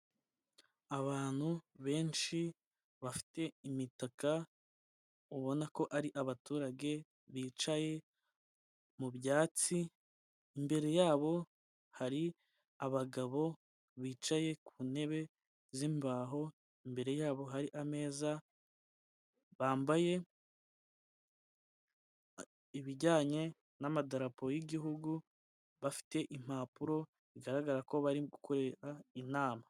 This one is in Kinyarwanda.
Abantu benshi bafite imitaka ubona ko ari abaturage bicaye mu byatsi ,imbere yabo hari abagabo bicaye ku ntebe z'imbaho imbere yabo hari ameza bambaye ibijyanye n'amadarapo y'igihugu bafite impapuro zigaragara ko barikorera inama.